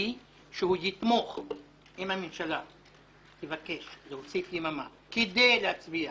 שהוא יתמוך אם הממשלה תבקש להוסיף יממה כדי להצביע